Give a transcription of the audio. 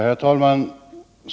Herr talman!